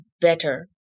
better